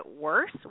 worse